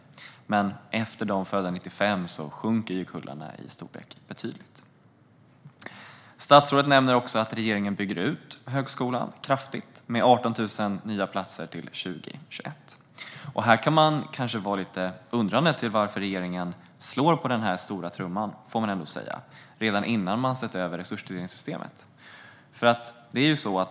Efter 1995 minskar storleken på kullarna betydligt. Statsrådet nämner också att regeringen bygger ut högskolan kraftigt, med 18 000 nya platser till 2021. Man kan kanske vara lite undrande när det gäller varför regeringen nu slår på den stora trumman, redan innan man har sett över resurstilldelningssystemet.